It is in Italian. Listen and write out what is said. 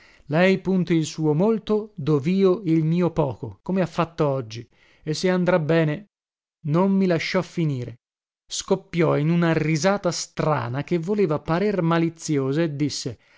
lei punti il suo molto dovio il mio poco come ha fatto oggi e se andrà bene non mi lasciò finire scoppiò in una risata strana che voleva parer maliziosa e disse